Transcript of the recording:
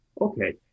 Okay